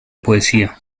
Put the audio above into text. poesía